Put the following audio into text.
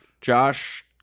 Josh